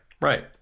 right